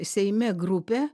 seime grupę